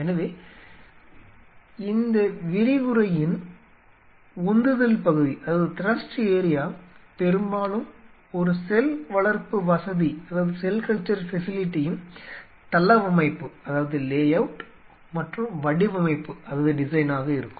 எனவே இந்த விரிவுரையின் உந்துதல் பகுதி பெரும்பாலும் ஒரு செல் வளர்ப்பு வசதியின் தளவமைப்பு மற்றும் வடிவமைப்பாக இருக்கும்